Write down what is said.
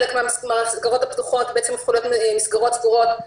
חלק מן המסגרות הפתוחות בעצם הפכו להיות מסגרות סגורות.